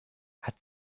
hat